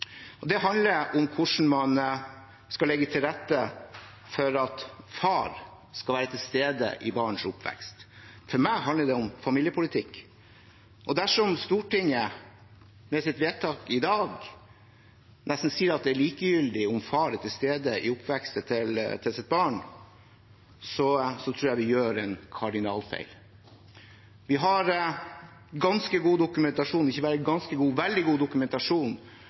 Det handler om hvordan man skal legge til rette for at far skal være til stede under barns oppvekst. For meg handler det om familiepolitikk, og dersom Stortinget med sitt vedtak i dag nesten sier at det er likegyldig om far er til stede i sitt barns oppvekst, tror jeg vi gjør en kardinalfeil. Vi har ganske god – ikke bare ganske god, men veldig god – dokumentasjon